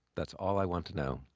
that's all i want to know.